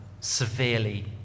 severely